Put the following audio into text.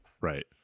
right